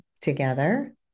together